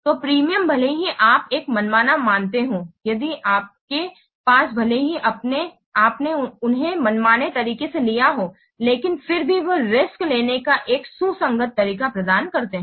तो प्रीमियम भले ही आप एक मनमाना मानते हों यदि आपके पास भले ही आपने उन्हें मनमाने तरीके से लिया हो लेकिन फिर भी वे रिस्क लेने का एक सुसंगत तरीका प्रदान करते हैं